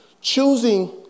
Choosing